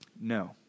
No